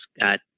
got